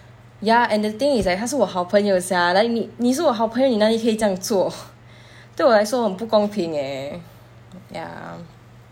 ya and the thing is like 她是我好朋友 sia like 你是我好朋友你哪里可以这样做对我来说很不公平 eh ya